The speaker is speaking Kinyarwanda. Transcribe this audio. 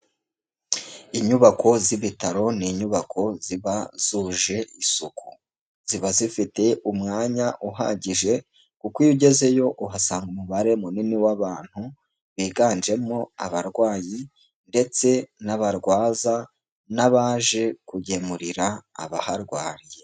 Inyubako z'ibitaro ni inyubako ziba zuje isuku, ziba zifite umwanya uhagije kuko iyo ugezeyo uhasanga umubare munini w'abantu, biganjemo abarwayi ndetse n'abarwaza n'abaje kugemurira abaharwariye.